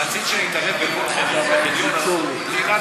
רצית שנתערב בכל חניון וחניון?